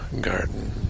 garden